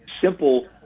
simple